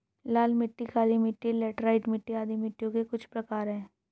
लाल मिट्टी, काली मिटटी, लैटराइट मिट्टी आदि मिट्टियों के कुछ प्रकार है